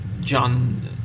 John